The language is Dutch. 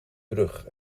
brug